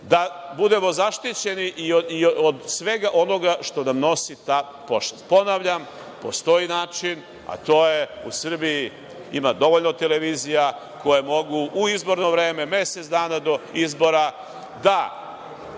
da budemo zaštićeni od svega onoga što nosi ta pošta. Postoji način, a to je, u Srbiji ima dovoljno televizija koje mogu u izborno vreme, mesec dana do izbora da